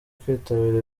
kwitabira